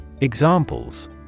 Examples